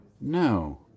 No